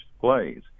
plays